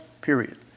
period